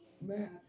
Man